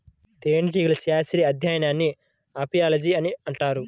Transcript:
తేనెటీగల శాస్త్రీయ అధ్యయనాన్ని అపియాలజీ అని అంటారు